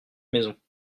maisons